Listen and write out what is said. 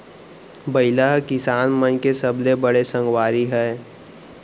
बइला ह किसान मन के सबले बड़े संगवारी हय